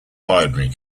binary